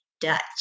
Dutch